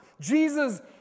Jesus